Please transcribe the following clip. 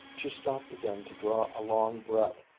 she stopped again to draw a long breath.